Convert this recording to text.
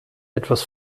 etwas